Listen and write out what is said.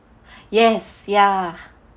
yes ya